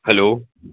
hello